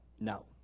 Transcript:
No